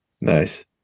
nice